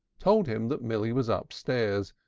told him that milly was upstairs,